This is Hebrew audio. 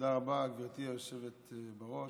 תודה רבה, גברתי היושבת בראש.